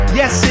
yes